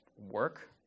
work